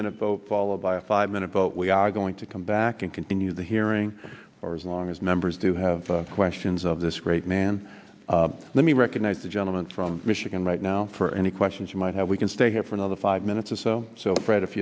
minute vote followed by a five minute vote we are going to come back and continue the hearing for as long as members do have questions of this great man let me recognize the gentleman from michigan right now for any questions you might have we can stay here for another five minutes or so so fr